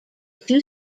two